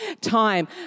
time